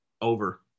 Over